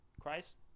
Christ